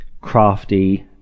crafty